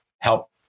help